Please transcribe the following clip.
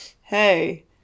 hey